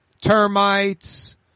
Termites